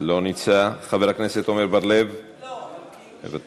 לא נמצא, חבר הכנסת עמר בר-לב, מוותר,